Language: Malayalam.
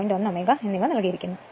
1 Ω എന്നിവ നൽകിയിരിക്കുന്നു